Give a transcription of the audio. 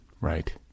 right